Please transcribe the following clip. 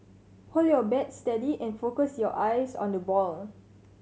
hold your bat steady and focus your eyes on the ball